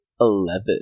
eleven